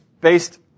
based